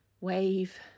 wave